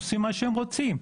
הם עושים מה שהם רוצים.